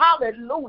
Hallelujah